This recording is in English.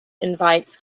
invites